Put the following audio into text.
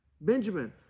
Benjamin